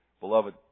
Beloved